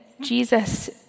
Jesus